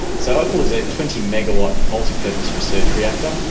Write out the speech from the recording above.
so opal is a twenty megawatt multipurpose research reactor.